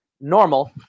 normal